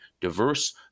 diverse